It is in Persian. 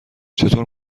چطور